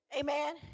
Amen